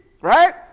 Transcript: right